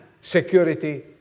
security